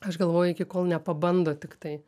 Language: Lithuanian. aš galvoju iki kol nepabando tiktai